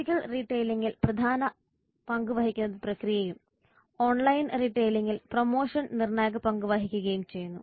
physical റീട്ടെയിലിംഗിൽ പ്രക്രിയ പ്രധാന പങ്ക് വഹിക്കുകയും ഓൺലൈൻ റീട്ടെയിലിംഗിൽ പ്രൊമോഷൻ നിർണായക പങ്ക് വഹിക്കുകയും ചെയ്യുന്നു